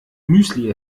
müsli